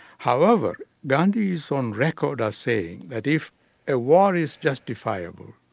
however, gandhi's on record as saying that if a war is justifiable,